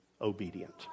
obedient